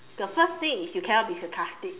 the first thing is you cannot be sarcastic